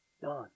done